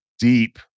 deep